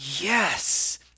yes